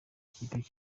ikipe